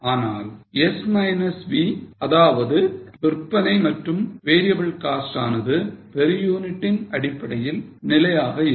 ஆனால் S minus V அதாவது விற்பனை மற்றும் variable cost ஆனது per unit இன் அடிப்படையில் நிலையாக இருக்கும்